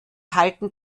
halten